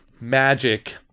magic